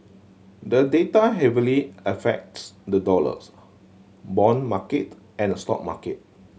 the data heavily affects the dollars bond market and stock market